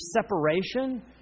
separation